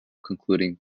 concluding